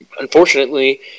unfortunately